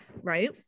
Right